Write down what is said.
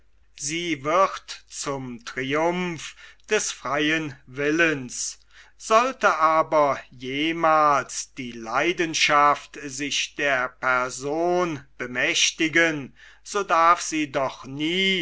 sie wird zum triumph des freien willens sollte aber jemals die leidenschaft sich der person bemächtigen so darf sie doch nie